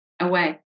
away